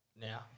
now